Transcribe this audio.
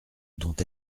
dont